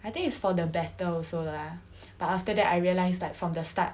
I think it's for the better also lah but after that I realised like from the start